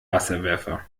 wasserwerfer